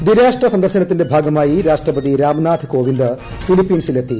ദ്വിരാഷ്ട്ര സന്ദർശനത്തിന്റെ ഭ്രൊഗമായി രാഷ്ട്രപതി രാംനാഥ് കോവിന്ദ് ഫിലിപൈൻസിലെത്തി